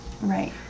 right